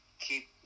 keep